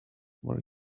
more